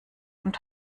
und